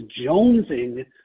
jonesing